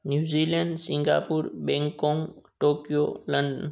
New Zealand Singapore Bangkok Tokyo London